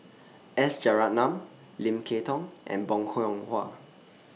S Rajaratnam Lim Kay Tong and Bong Hiong Hwa